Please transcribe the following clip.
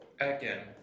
again